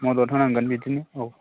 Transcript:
मदद होनांगोन बिदिनो औ